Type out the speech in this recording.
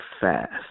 fast